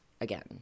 again